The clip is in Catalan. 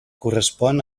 correspon